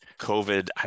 COVID